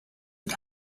had